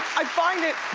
i find it,